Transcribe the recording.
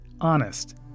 honest